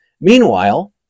Meanwhile